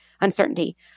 uncertainty